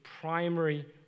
primary